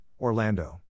Orlando